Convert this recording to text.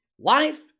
Life